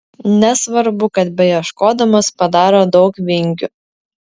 nesvarbu kad beieškodamas padaro daug vingių